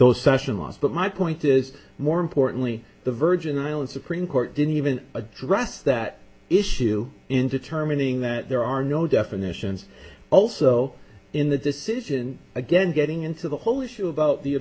those sessions but my point is more importantly the virgin islands supreme court didn't even address that issue in determining that there are no definitions also in the decision again getting into the whole issue about the